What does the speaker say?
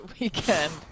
weekend